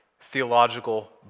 theological